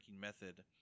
method